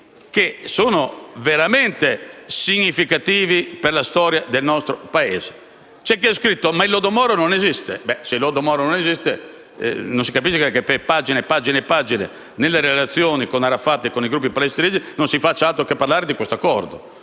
che sono veramente significativi per la storia del nostro Paese. C'è chi ha scritto che il lodo Moro non esiste. Se il lodo Moro non esiste, non si capisce perché in pagine e pagine, nelle relazioni su Arafat e i gruppi palestinesi non si faccia altro che parlare di questo accordo,